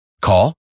Call